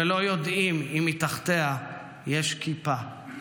/ ולא יודעים אם מתחתיה יש כיפה //